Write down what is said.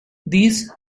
these